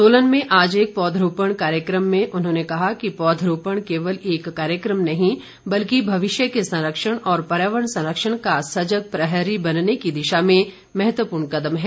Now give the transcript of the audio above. सोलन में आज एक पौधरोपण कार्यक्रम में उन्होंने कहा कि पौधरोपण केवल एक कार्यक्रम नहीं बल्कि भविष्य के संरक्षण और पर्यावरण संरक्षण का सजग प्रहरी बनने की दिशा में महत्वपूर्ण कदम है